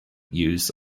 use